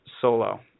solo